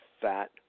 fat